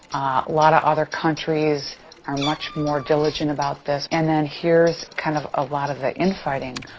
lot of other countries are much more diligent about this. and then here's kind of a lot of the infighting.